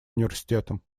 университетом